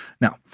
Now